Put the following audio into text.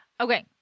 Okay